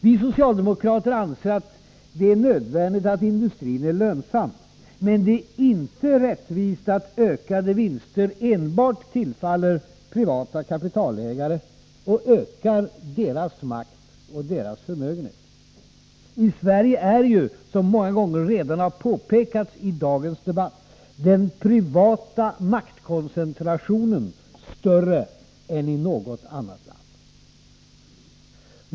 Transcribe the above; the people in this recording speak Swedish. Vi socialdemokrater anser att det är nödvändigt att industrin är lönsam. Men det är inte rättvist att ökade vinster enbart tillfaller privata kapitalägare och ökar deras makt och deras förmögenhet. I Sverige är ju, som redan många gånger har påpekats i dagens debatt, den privata maktkoncentrationen större än i något annat land.